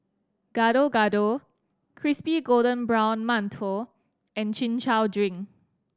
Gado Gado crispy golden brown mantou and Chin Chow drink